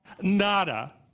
nada